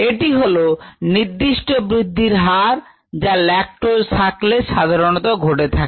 এটি হলো নির্দিষ্ট বৃদ্ধির হার যা ল্যাকটোজ থাকলে সাধারণত ঘটে থাকে